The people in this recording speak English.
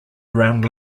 around